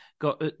got